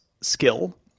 skill